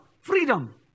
freedom